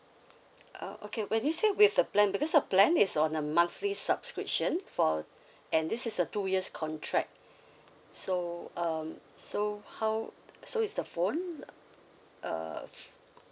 oh okay when you say with the plan because the plan is on a monthly subscription for and this is a two years contract so um so how so is the phone uh